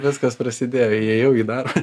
viskas prasidėjo įėjau į dar